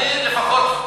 אני, לפחות צועק.